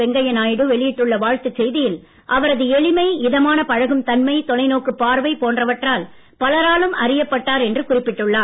வெங்கையா நாயுடு வெளியிட்டுள்ள வாழ்த்துச் செய்தியில் அவரது எளிமை இதமான பழகும் தன்மை தொலைநோக்குப் பார்வை போன்றவற்றால் பலராலும் அறியப்பட்டார் என்று குறிப்பிட்டுள்ளார்